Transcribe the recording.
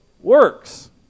works